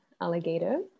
alligator